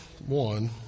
one